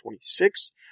26